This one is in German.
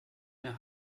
mehr